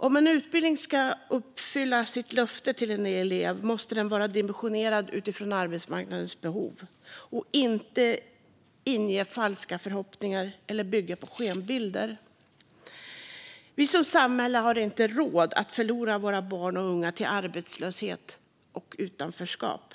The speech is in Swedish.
Om en utbildning ska kunna uppfylla sitt löfte till en elev måste den också vara dimensionerad utifrån arbetsmarknadens behov och inte inge falska förhoppningar eller bygga på skenbilder. Vi som samhälle har inte råd att förlora våra barn och unga till arbetslöshet och utanförskap.